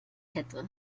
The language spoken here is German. kette